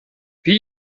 wie